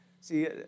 see